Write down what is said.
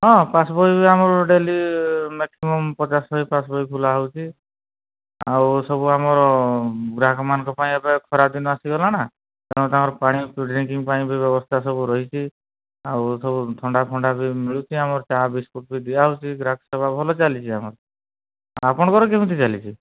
ହଁ ପାସ୍ ବହି ବି ଆମର ଡେଲି ମ୍ୟାକ୍ସିମମ୍ ପଚାଶ ଶହେ ପାସ୍ ବହି ଖୋଲା ହେଉଛି ଆଉ ସବୁ ଆମର ଗ୍ରାହକମାନଙ୍କ ପାଇଁ ଏବେ ଖରାଦିନ ଆସିଗଲା ନା ତେଣୁ ତାଙ୍କର ପାଣି କୋଲ୍ଡ୍ ଡ୍ରିଙ୍କ୍ ପାଇଁ ବି ବ୍ୟବସ୍ଥା ସବୁ ରହିଛି ଆଉ ସବୁ ଥଣ୍ଡା ଫଣ୍ଡା ବି ମିଳୁଛି ଆମର ଚା ବିସ୍କୁଟ୍ ବି ଦିଆ ହେଉଛି ଗ୍ରାହକ ସେବା ଭଲ ଚାଲିଛି ଆମର ଆପଣଙ୍କର କେମିତି ଚାଲିଛି